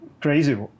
Crazy